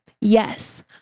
Yes